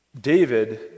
David